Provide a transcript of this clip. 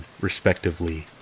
respectively